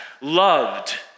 loved